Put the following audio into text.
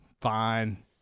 fine